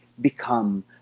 become